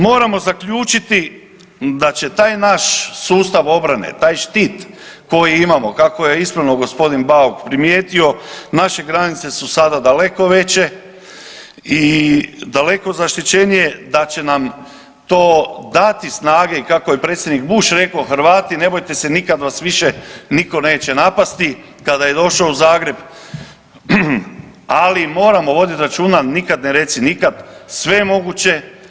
Moramo zaključiti da će taj naš sustav obrane, taj štit koji imamo, kako je ispravno g. Bauk primijetio naše granice su sada daleko veće i daleko zaštićenije, da će nam to dati snage i kako je predsjednik Buch rekao Hrvati ne bojte se nikada vas više niko neće napasti kada je došao u Zagreb, ali moramo voditi računa nikad ne reci nikad, sve je moguće.